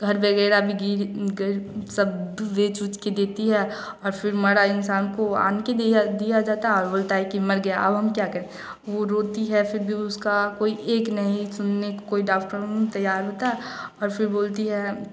घर वगैरह भी गिर गर सब बेच उच के देती है फ़िर मरा इंसान को आन के दिया दिया जाता और बोलता है कि मर गया अब हम क्या करें वह रोती है फ़िर भी उसका कोई एक नहीं सुनने कोई डॉक्टर तैयरा होता और फ़िर बोलती है